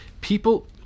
people